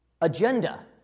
agenda